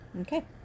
Okay